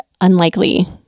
unlikely